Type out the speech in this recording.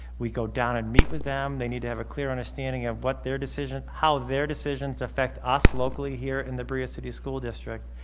we go down and meet with them. they need to have a clear understanding of what their decision, how their decisions affect us locally here in the berea city school district.